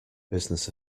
business